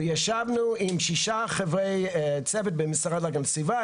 ישבנו עם שישה חברי צוות במשרד להגנת הסביבה,